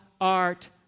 art